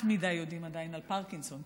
מעט מדי יודעים עדיין על פרקינסון,